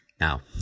Now